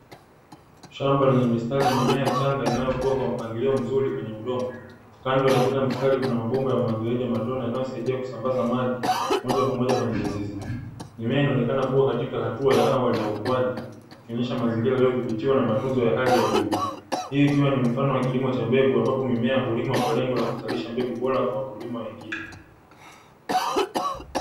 Shamba lenye mistari ya mimea changa inayokua kwa mpangilio mzuri kwenye udongo, kando ya kila mstari kuna mabomba ya umwagiliaji wa matone yanayosaidia kusambaza maji moja kwa moja kwenye mizizi. Mimea inaonekana kuwa katika hatua ya awali ya ukuaji, ikionyesha mazingira yaliyothibitiwa na matunzo ya hali ya juu. Hii ikiwa ni mfano wa kilimo cha mbegu ambapo mimea hulimwa kwa lengo la kuzalisha mbegu bora kwa wakulima wengine.